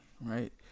Right